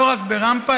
לא רק ברמפה,